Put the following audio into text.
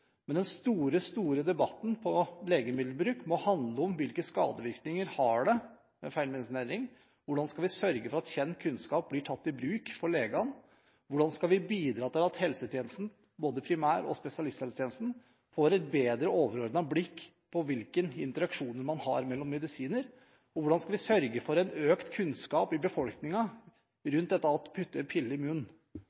men det den store debatten om legemiddelbruk må handle om, er: Hvilke skadevirkninger har feilmedisinering? Hvordan skal vi sørge for at kjent kunnskap blir tatt i bruk av legene? Hvordan skal vi bidra til at helsetjenesten – både primær- og spesialisthelsetjenesten – får et mer overordnet blikk på hvilke interaksjoner det er mellom medisiner? Og hvordan skal vi sørge for en økt kunnskap i